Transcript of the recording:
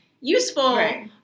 useful